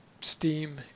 steam